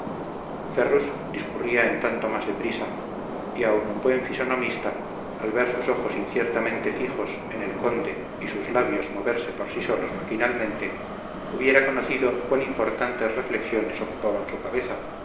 ferrus discurría en tanto más de prisa y aun un buen fisonomista al ver sus ojos inciertamente fijos en el conde y sus labios moverse por sí solos maquinalmente hubiera conocido cuán importantes reflexiones ocupaban su cabeza